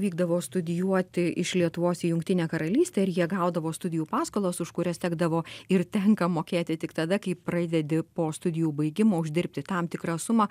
vykdavo studijuoti iš lietuvos į jungtinę karalystę ir jie gaudavo studijų paskolos už kurias tekdavo ir tenka mokėti tik tada kai pradedi po studijų baigimo uždirbti tam tikrą sumą